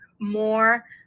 more